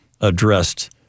addressed